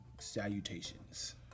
salutations